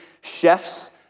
chefs